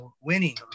winning